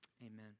Amen